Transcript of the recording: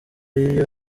iyo